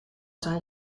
zijn